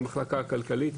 במחלקה הכלכלית.